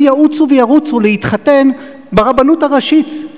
יאוצו וירוצו להתחתן ברבנות הראשית?